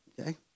Okay